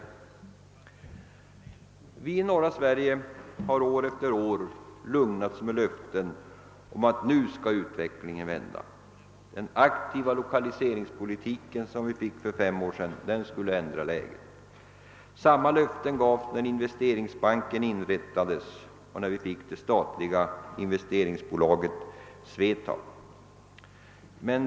Vi som bor i norra Sverige har år efter år lugnats med löften om att utvecklingen skulle vända. Den aktiva lokaliseringspolitik som vi fick för fem år sedan skulle förändra läget. Samma löfte gavs när Investeringsbanken inrättades och när det statliga investeringsbolaget SVETAB startades.